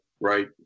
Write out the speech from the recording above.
right